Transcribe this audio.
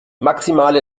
maximale